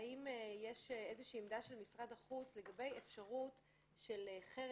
(כ/784), של חבר